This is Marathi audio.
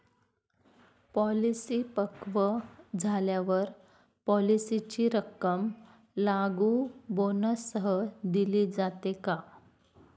पॉलिसी पक्व झाल्यावर पॉलिसीची रक्कम लागू बोनससह दिली जाते का?